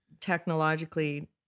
technologically